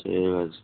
ঠিক আছে